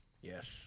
Yes